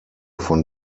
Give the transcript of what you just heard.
von